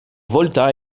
volta